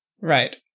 Right